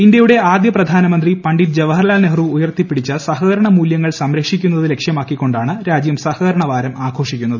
ഇന്ത്യയുടെ ആദ്യ പ്രധാനമന്ത്രി പണ്ഡിറ്റ് ജവഹർലാൽ നെഹ്റു ഉയർത്തിപ്പിടിച്ച സഹകരണ മൂല്യങ്ങൾ സംരക്ഷിക്കുന്നത് ലക്ഷ്യമാക്കിക്കൊണ്ടാണ് രാജ്യം സഹകരണ വാരം ആഘോഷിക്കുന്നത്